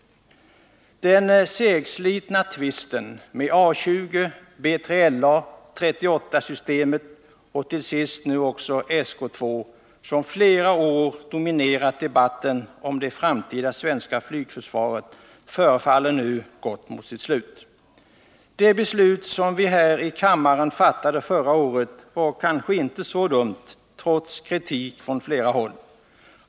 Den segslitna tvisten om A 20, B3LA, A 38-systemet och till sist nu också SK 2, som flera år dominerat debatten om det framtida svenska flygförsvaret, förefaller nu gå mot sitt slut. Det beslut som vi här i kammaren fattade förra året var kanske inte så dumt, trots kritik från flera håll.